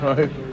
Right